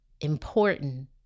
important